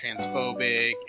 transphobic